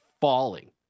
falling